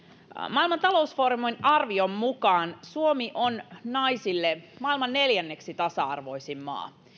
maailman talousfoorumin arvion mukaan suomi on naisille maailman neljänneksi tasa arvoisin maa